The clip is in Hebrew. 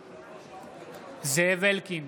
בעד זאב אלקין,